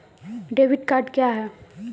Debit card क्या हैं?